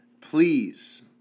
please